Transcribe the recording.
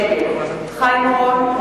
נגד חיים אורון,